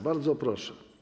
Bardzo proszę.